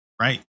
Right